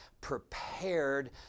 prepared